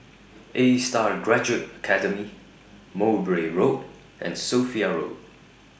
A STAR Graduate Academy Mowbray Road and Sophia Road